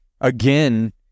again